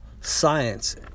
science